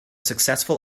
successful